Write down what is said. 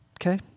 Okay